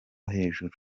hejuru